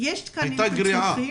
הייתה גריעה.